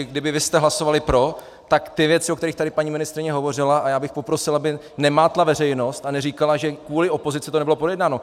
Kdybyste hlasovali pro, tak ty věci, o kterých tady paní ministryně hovořila, a já bych poprosil, aby nemátla veřejnost a neříkala, že kvůli opozici to nebylo projednáno.